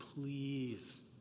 please